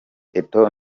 eto’o